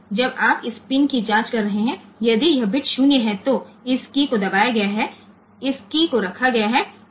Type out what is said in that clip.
તેથી જો આ બીટ 0 હોય તો આ કી દબાવવામાં આવી હોય છે અને આ કી મૂકવામાં આવી હોય છે